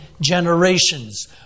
generations